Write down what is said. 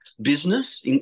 business